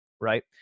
right